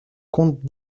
comte